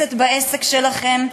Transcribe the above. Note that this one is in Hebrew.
שנוגסת בעסק שלכם,